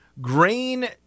grain